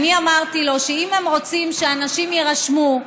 אמרתי לו שאם הם רוצים שאנשים יירשמו,